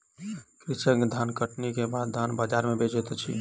कृषक धानकटनी के बाद धान बजार में बेचैत अछि